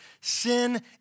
Sin